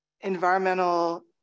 environmental